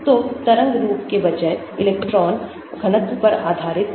तो तरंग रूप के बजाय इलेक्ट्रॉन घनत्व पर आधारित है